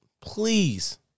Please